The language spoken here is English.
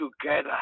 together